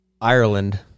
Ireland